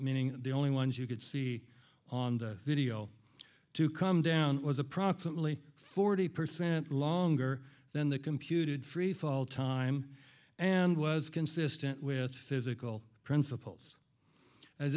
meaning the only ones you could see on the video to come down was approximately forty percent longer than the computed freefall time and was consistent with physical principles as